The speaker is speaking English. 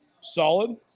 solid